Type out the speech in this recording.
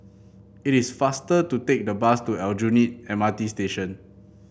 it is faster to take the bus to Aljunied M R T Station